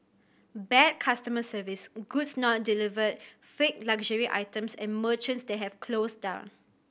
bad customer service goods not delivered fake luxury items and merchants they have closed down